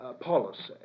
policy